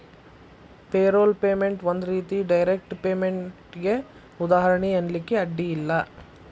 payroll payment ಒಂದ್ ರೇತಿ direct ಪೇಮೆನ್ಟಿಗೆ ಉದಾಹರ್ಣಿ ಅನ್ಲಿಕ್ಕೆ ಅಡ್ಡ ಇಲ್ಲ